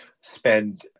spend